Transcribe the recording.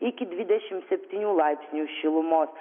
iki dvidešim septynių laipsnių šilumos